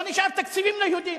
לא נשארו תקציבים ליהודים.